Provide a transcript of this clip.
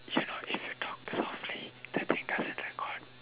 you know if you talk softly the thing doesn't record